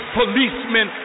policemen